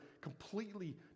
completely